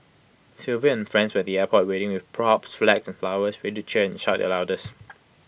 Sylvia and friends were at the airport waiting with props flags and flowers ready cheer and shout their loudest